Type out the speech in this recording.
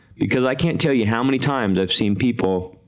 because i can tell you how many times i've seen people,